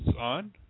on